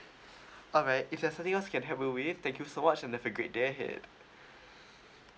alright if there's nothing else I can help you with thank you so much and have a great day ahead